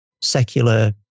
secular